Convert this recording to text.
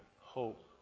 hope